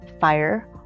fire